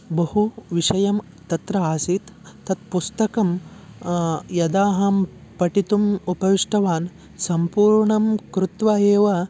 बहु विषयं तत्र आसीत् तत् पुस्तकं यदाहं पठितुम् उपविष्टवान् सम्पूर्णं कृत्वा एव